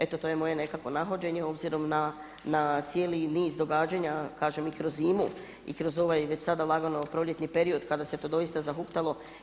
Eto to je moje nekakvo nahođenje obzirom na cijeli niz događanja kažem i kroz zimu i kroz ovaj već sada lagano proljetni period kada se to doista zahuktalo.